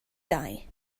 dau